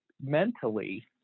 mentally